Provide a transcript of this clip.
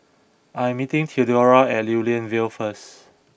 I am meeting Theodora at Lew Lian Vale first